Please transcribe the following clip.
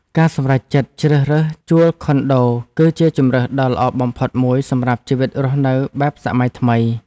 ការសម្រេចចិត្តជ្រើសរើសជួលខុនដូ គឺជាជម្រើសដ៏ល្អបំផុតមួយសម្រាប់ជីវិតរស់នៅបែបសម័យថ្មី។